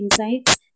insights